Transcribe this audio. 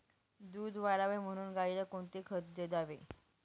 दूध वाढावे म्हणून गाईला कोणते खाद्य द्यावे?